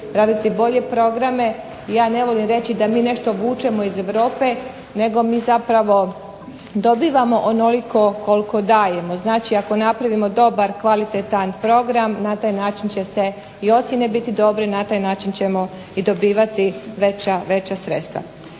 raditi bolje programe. Ja ne volim reći da mi nešto vučemo iz Europe, nego mi zapravo dobivamo onoliko koliko dajemo. Znači ako napravimo dobar kvalitetan program, na taj način će se i ocjene biti dobre, na taj način ćemo i dobivati veća sredstva.